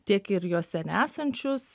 tiek ir jose nesančius